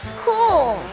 cool